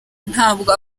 ntabwo